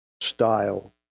style